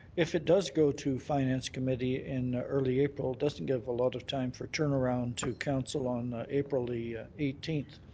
if it does go to finance committee in early april, it doesn't give a lot of time for turnaround to council on april the eighteenth.